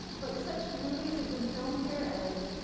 but such movies have been filmed here as.